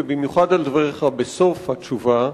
ובמיוחד על דבריך בסוף התשובה.